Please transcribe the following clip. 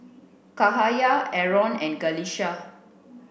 Cahaya Aaron and Qalisha